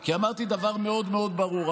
כי אמרתי דבר מאוד מאוד ברור.